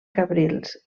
cabrils